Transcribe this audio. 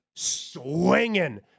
swinging